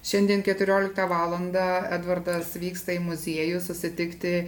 šiandien keturioliktą valandą edvardas vyksta į muziejų susitikti